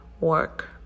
work